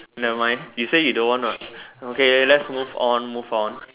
never mind you say you don't want what okay let's move on move on